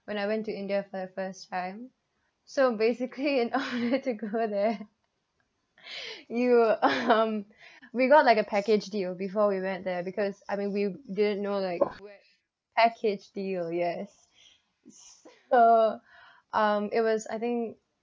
when I went to india for the first time so basically in all the people there we would um we got like a package deal before we went there because I mean we didn't know like package deal yes it's err um it was I think